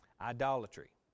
idolatry